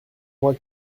moi